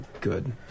good